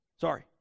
Sorry